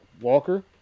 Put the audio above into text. walker